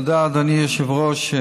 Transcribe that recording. תודה, אדוני היושב-ראש.